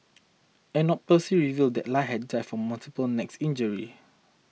an autopsy revealed that Lie had died from multiple neck injuries